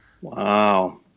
Wow